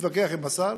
אני מתווכח עם השר